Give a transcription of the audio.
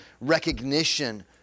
recognition